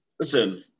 Listen